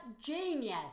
genius